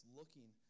looking